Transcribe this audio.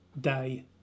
day